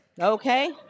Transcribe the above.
okay